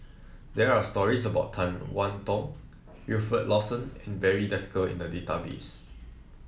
there are stories about Tan one Tong Wilfed Lawson and Barry Desker in the database